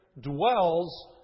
dwells